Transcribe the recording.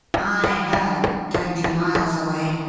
i heard, twenty miles away,